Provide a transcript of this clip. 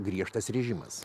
griežtas režimas